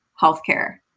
healthcare